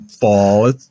fall